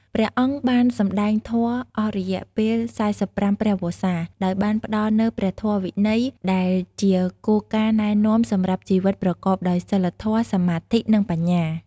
ព្រះអង្គបានសម្ដែងធម៌អស់រយៈពេល ៤៥ ព្រះវស្សា ដោយបានផ្ដល់នូវ ព្រះធម៌វិន័យ ដែលជាគោលការណ៍ណែនាំសម្រាប់ជីវិតប្រកបដោយសីលធម៌ សមាធិ និងបញ្ញា។